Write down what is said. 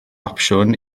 opsiwn